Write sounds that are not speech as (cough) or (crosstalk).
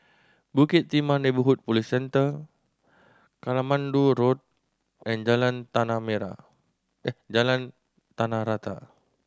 Bukit Timah Neighbourhood Police Centre Katmandu Road and Jalan Tanah (unintelligible) Jalan Tanah Rata